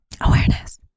awareness